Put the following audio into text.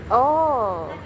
orh